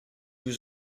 was